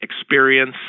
experience